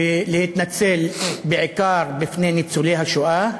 ולהתנצל, בעיקר בפני ניצולי השואה.